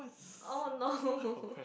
oh no